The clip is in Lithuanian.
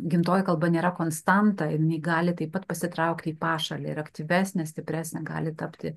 gimtoji kalba nėra konstanta jinai gali taip pat pasitraukti į pašalį ir aktyvesnė stipresnė gali tapti